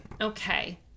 okay